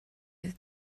you